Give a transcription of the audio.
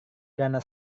karena